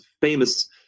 famous